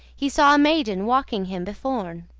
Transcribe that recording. he saw a maiden walking him beforn,